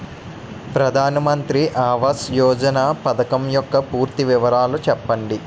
ప్రధాన మంత్రి ఆవాస్ యోజన పథకం యెక్క పూర్తి వివరాలు చెప్పండి?